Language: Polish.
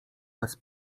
bez